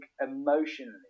emotionally